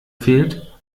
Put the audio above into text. fehlt